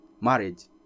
marriage